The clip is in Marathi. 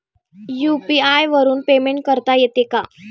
यु.पी.आय वरून पेमेंट करता येते का?